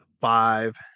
five